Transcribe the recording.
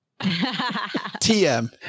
TM